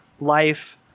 life